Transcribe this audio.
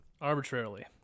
arbitrarily